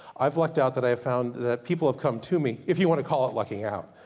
i've lucked out that i've found that people have come to me, if you want to call it lucking out.